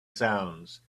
sounds